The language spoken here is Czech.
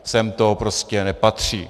Sem to prostě nepatří.